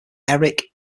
eric